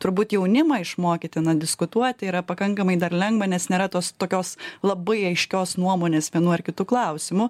turbūt jaunimą išmokyti diskutuoti yra pakankamai dar lengva nes nėra tos tokios labai aiškios nuomonės vienu ar kitu klausimu